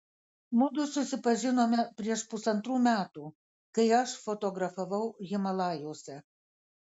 mudu susipažinome prieš pusantrų metų kai aš fotografavau himalajuose